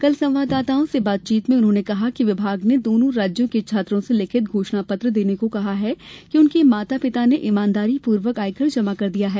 कल संवाददाताओं से बातचीत में उन्होंकने कहा कि विभाग ने दोनों राज्यों के छात्रों से लिखित घोषणा पत्र देने को कहा है कि उनके माता पिता ने ईमानदारी पूर्वक आयकर जमा कर दिया है